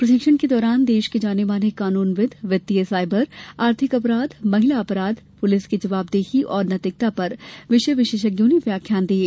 प्रशिक्षण के दौरान देश के जाने माने कानूनविद वित्तीय सायबर आर्थिक अपराध महिला अपराध पुलिस की जवाबदेही और नैतिकता पर विषय विशेषज्ञों ने व्याख्यान दिये